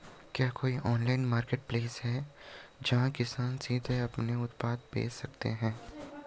क्या कोई online marketplace है, जहां किसान सीधे अपने उत्पाद बेच सकते हैं?